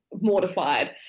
mortified